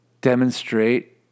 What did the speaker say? demonstrate